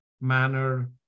manner